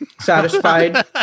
satisfied